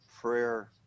prayer